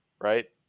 Right